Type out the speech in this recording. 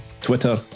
Twitter